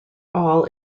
all